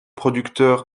producteur